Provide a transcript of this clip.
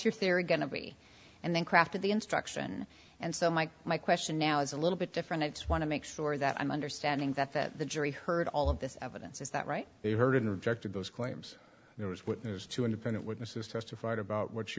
your theory going to be and then craft of the instruction and so mike my question now is a little bit different it's want to make sure that i'm understanding that that the jury heard all of this evidence is that right they heard in rejecting those claims there was witness two independent witnesses testified about what she